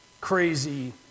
crazy